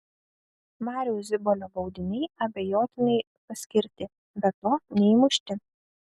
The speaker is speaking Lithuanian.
mariaus zibolio baudiniai abejotinai paskirti be to neįmušti